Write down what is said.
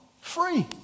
free